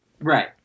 Right